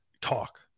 talk